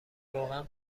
روغن